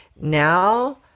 now